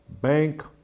bank